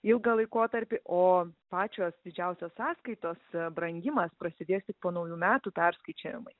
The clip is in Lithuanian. ilgą laikotarpį o pačios didžiausios sąskaitose brangimas prasidės tik po naujų metų perskaičiavimai